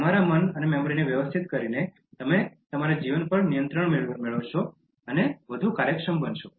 તમારા મન અને મેમરીને વ્યવસ્થિત કરીને તમે તમારા જીવન પર નિયંત્રણ મેળવશો અને વધુ કાર્યક્ષમ બનશો